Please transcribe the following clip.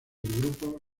grupo